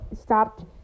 Stopped